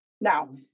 Now